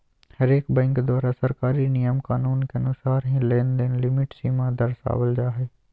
हरेक बैंक द्वारा सरकारी नियम कानून के अनुसार ही लेनदेन लिमिट सीमा दरसावल जा हय